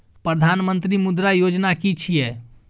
प्रधानमंत्री मुद्रा योजना कि छिए?